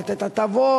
לתת הטבות.